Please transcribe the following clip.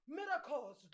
miracles